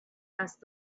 asked